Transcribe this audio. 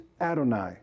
Adonai